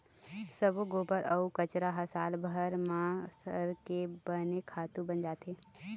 सब्बो गोबर अउ कचरा ह सालभर म सरके बने खातू बन जाथे